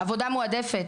עבודה מועדפת